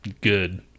Good